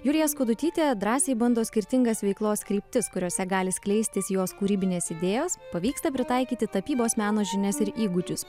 julija skudutytė drąsiai bando skirtingas veiklos kryptis kuriose gali skleistis jos kūrybinės idėjos pavyksta pritaikyti tapybos meno žinias ir įgūdžius